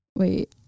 Wait